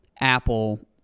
Apple